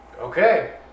Okay